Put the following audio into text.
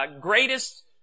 greatest